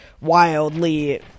wildly